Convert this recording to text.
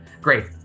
Great